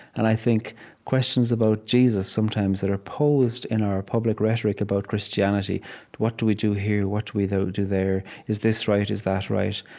and i think questions about jesus sometimes that are posed in our public rhetoric about christianity what do we do here? what do we do there? is this right? is that right?